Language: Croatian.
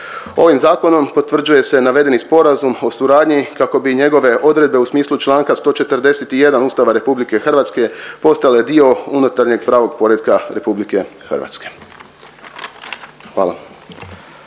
zemljišna administracija i pravosuđe, a kako bi njegove odredbe u smislu članka 141. Ustava Republike Hrvatske postale dio unutarnjeg pravnog poretka Republike Hrvatske